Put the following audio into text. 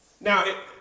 Now